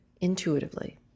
intuitively